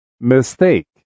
mistake